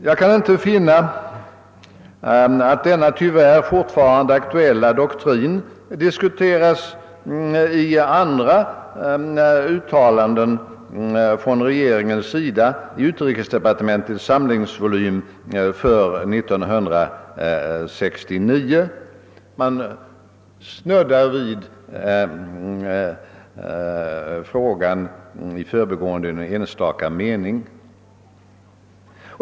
Jag kan inte finna att denna tyvärr fortfarande aktuella doktrin diskuteras i andra uttalanden från regeringens sida i utrikesdepartementets samlingsvolym för 1969. Man snuddar i förbigående vid frågan i någon enstaka mening.